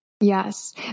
Yes